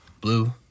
blue